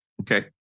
Okay